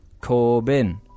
corbin